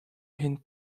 hind